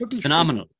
phenomenal